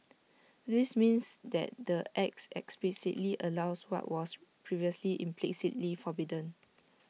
this means that the act explicitly allows what was previously implicitly forbidden